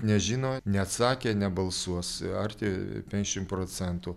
nežino neatsakė nebalsuos arti penkiasdešim procentų